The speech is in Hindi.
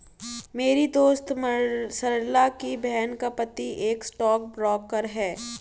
मेरी दोस्त सरला की बहन का पति एक स्टॉक ब्रोकर है